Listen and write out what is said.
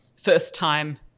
first-time